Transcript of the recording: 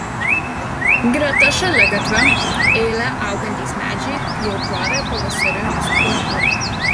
greta šaligatvio eile augantys medžiai jau krovė pavasarinius pumpurus